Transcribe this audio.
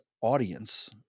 audience